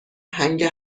هنگ